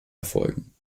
erfolgen